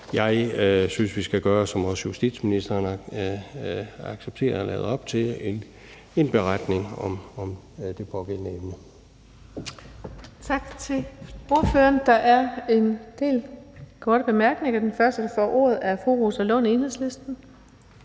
jeg synes, vi skal gøre, som også justitsministeren accepterede og lagde op til, nemlig skrive en beretning om det pågældende emne.